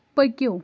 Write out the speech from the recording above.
پٔکِو